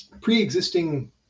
pre-existing